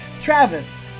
Travis